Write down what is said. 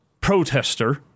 protester